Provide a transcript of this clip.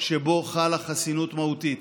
שבו חלה חסינות מהותית.